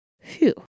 Phew